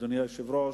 אדוני היושב-ראש,